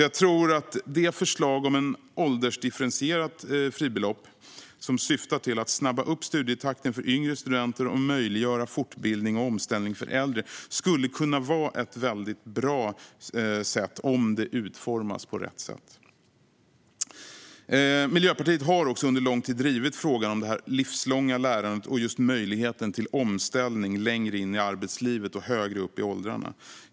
Jag tror därför att förslaget om ett åldersdifferentierat fribelopp, som syftar till att snabba på studietakten för yngre studenter och möjliggöra fortbildning och omställning för äldre, skulle kunna vara ett mycket bra sätt om det utformas på rätt sätt. Miljöpartiet har också under lång tid drivit frågan om det livslånga lärandet och just möjligheten till omställning längre in i arbetslivet och högre upp i åldrarna.